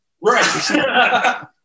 Right